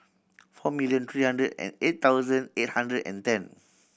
four million three hundred and eight thousand eight hundred and ten